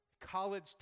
college